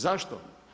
Zašto?